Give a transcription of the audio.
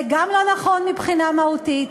זה גם לא נכון מבחינה מהותית,